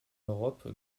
europe